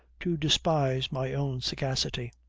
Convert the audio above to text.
to despise my own sagacity.